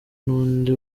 n’undi